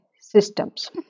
systems